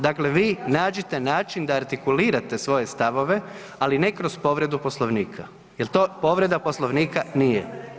Dakle, vi nađite način da artikulirate svoje stavove, ali ne kroz povredu Poslovnika jer to povreda Poslovnika nije.